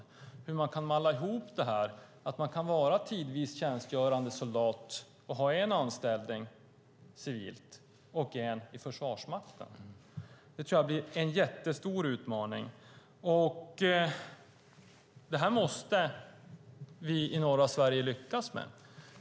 Det handlar om hur man kan malla ihop det så att en person kan vara tidvis tjänstgörande soldat och ha en anställning civilt och en i Försvarsmakten. Det tror jag blir en jättestor utmaning. Det måste vi i norra Sverige lyckas med.